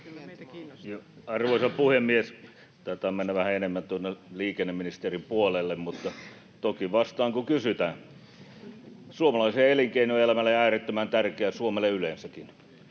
Arvoisa puhemies! Taitaa mennä vähän enemmän tuonne liikenneministerin puolelle, mutta toki vastaan, kun kysytään: Suomalaiselle elinkeinoelämälle äärettömän tärkeää, ja Suomelle yleensäkin.